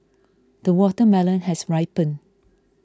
the watermelon has ripened